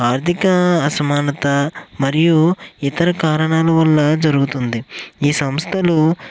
ఆర్థిక అసమానత మరియు ఇతర కారణాల వల్ల జరుగుతుంది ఈ సంస్థలు